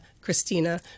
Christina